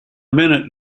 minute